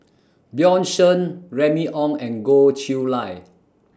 Bjorn Shen Remy Ong and Goh Chiew Lye